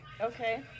okay